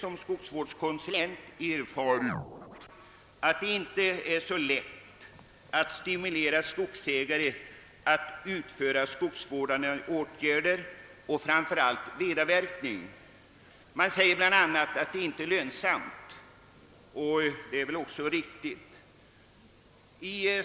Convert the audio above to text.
Som skogsvårdskonsulent har jag erfarenhet av att det inte är lätt att stimulera skogsägare till att vidta skogsvårdande åtgärder, framför allt inte vedavverkning. De säger bl.a. att den inte är lönsam, och det är kanske också riktigt.